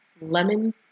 lemon